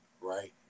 right